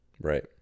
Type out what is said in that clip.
Right